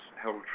held